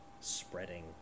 spreading